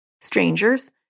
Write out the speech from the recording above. strangers